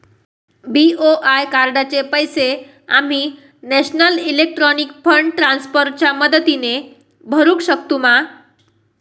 BOI कार्डाचे पैसे आम्ही नेशनल इलेक्ट्रॉनिक फंड ट्रान्स्फर च्या मदतीने भरुक शकतू मा?